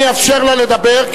אני אאפשר לה לדבר,